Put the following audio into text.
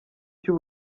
cy’u